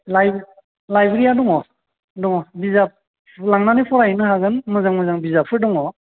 Liberia दङ दङ बिजाब लांनानै फराय हैनो हागोन मोजां मोजां बिजाबफोर दङ